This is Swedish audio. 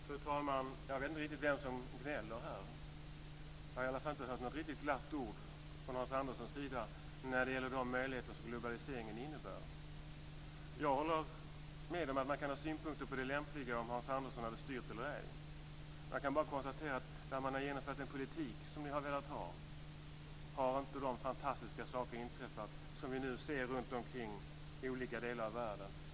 Fru talman! Jag vet inte riktigt vem som gnäller här. Jag har i alla fall inte hört något riktigt glatt ord från Hans Andersson när det gäller de möjligheter som globaliseringen innebär. Jag håller med om att man kan ha synpunkter på det lämpliga i att Hans Andersson skulle styra eller ej. Jag kan bara konstatera att där man har genomfört den politik som ni har velat ha har inte de fantastiska saker inträffat som vi nu ser runtomkring i olika delar av världen.